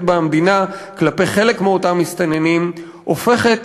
בה המדינה כלפי חלק מאותם מסתננים הופכת